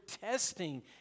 testing